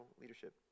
leadership